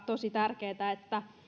tosi tärkeätä että